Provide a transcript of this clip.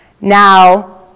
Now